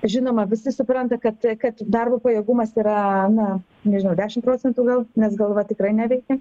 žinoma visi supranta kad kad darbo pajėgumas yra na nežinau dešim procentų gal nes galva tikrai neveikia